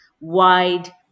wide